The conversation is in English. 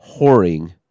whoring